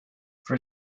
for